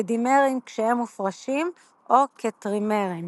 כדימרים- כשהם מופרשים או כטרימרים.